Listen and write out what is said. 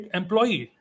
employee